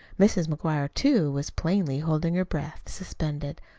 mrs. mcguire, too, was plainly holding her breath suspended.